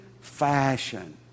fashion